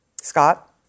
Scott